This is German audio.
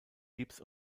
gibbs